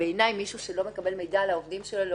אם מישהו לא מקבל מידע על העובדים שלו,